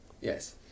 Yes